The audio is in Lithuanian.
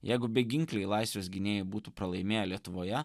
jeigu beginkliai laisvės gynėjai būtų pralaimėję lietuvoje